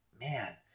man